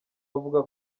avuga